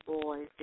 boys